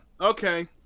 Okay